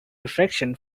reflection